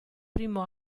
primo